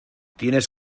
tienes